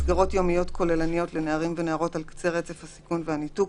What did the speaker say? מסגרות יומיות כוללניות לנערים ונערות על קצה רצף הסיכון והניתוק,